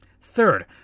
Third